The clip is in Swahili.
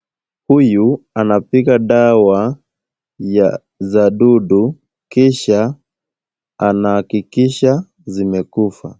Huyu anapiga dawa ya za dudu kisha anahakikisha zimekufa.